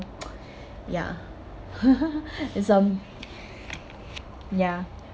ya it's a ya